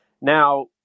Now